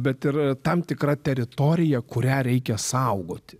bet ir tam tikra teritorija kurią reikia saugoti